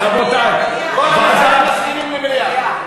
רבותי, כל המציעים מסכימים למליאה.